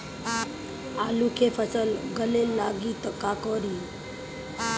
आलू के फ़सल गले लागी त का करी?